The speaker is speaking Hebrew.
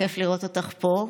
כיף לראות אותך פה.